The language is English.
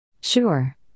Sure